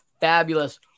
fabulous